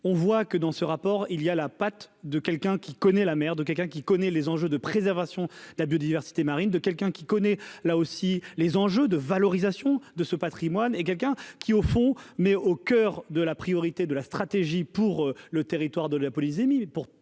on voit que, dans ce rapport il y a la patte de quelqu'un qui connaît la mère de quelqu'un qui connaît les enjeux de préservation de la biodiversité marine de quelqu'un qui connaît là aussi, les enjeux de valorisation de ce Patrimoine est quelqu'un qui, au fond, mais au coeur de la priorité de la stratégie pour le territoire de la police pour tout le